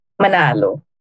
manalo